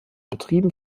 betrieben